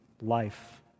life